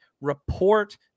Report